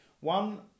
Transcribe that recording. One